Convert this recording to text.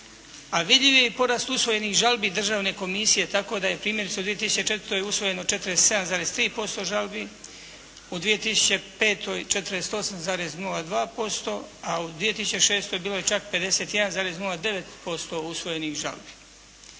vidljivi porast usvojenih žalbi Državne komisije tako da je primjerice u 2004. usvojeno 47,3% žalbi, u 2005. 48,02%, a u 2006. bilo je čak 51,09% usvojenih žalbi.